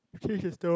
okay it's the